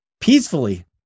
peacefully